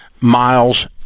miles